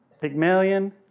Pygmalion